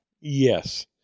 Yes